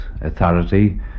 authority